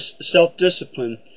self-discipline